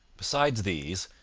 besides these,